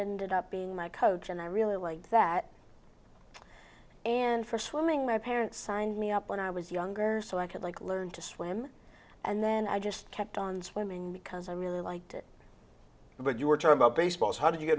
it up being my coach and i really like that and for swimming my parents signed me up when i was younger so i could like learn to swim and then i just kept on swimming because i really liked it but you were talking about baseball how did